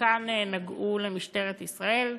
וחלקן נגעו למשטרת ישראל.